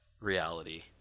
reality